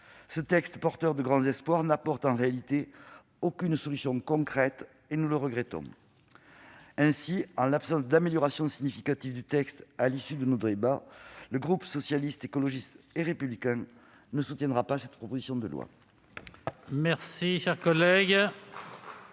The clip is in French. de loi, porteuse de grands espoirs, n'apporte en réalité aucune solution concrète, et nous le regrettons. Ainsi, en l'absence d'amélioration significative du texte à l'issue de nos débats, le groupe Socialiste, Écologiste et Républicain ne votera pas cette proposition de loi.